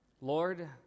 Lord